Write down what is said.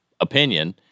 opinion